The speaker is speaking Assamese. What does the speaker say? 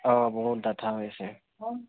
অ' বহুত ডাঠা হৈছে